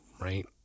right